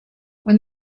when